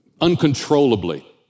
uncontrollably